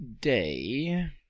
day